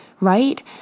Right